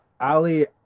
Ali